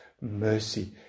mercy